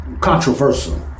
Controversial